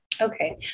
Okay